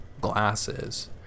glasses